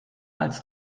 als